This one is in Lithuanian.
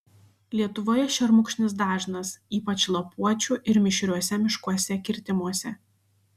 lietuvoje šermukšnis dažnas ypač lapuočių ir mišriuose miškuose kirtimuose